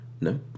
No